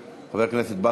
חברת הכנסת חנין זועבי,